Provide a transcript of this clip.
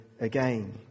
again